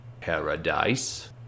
Paradise